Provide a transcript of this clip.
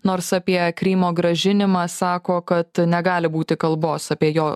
nors apie krymo grąžinimą sako kad negali būti kalbos apie jo